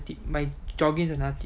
my jogging is another tip